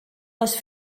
les